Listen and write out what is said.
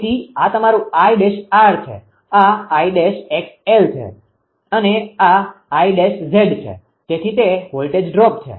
તેથી આ તમારું 𝐼′𝑟 છે આ 𝐼′𝑥𝑙 છે અને આ 𝐼′𝑍 છે તેથી તે વોલ્ટેજ ડ્રોપ છે